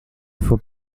faut